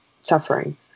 suffering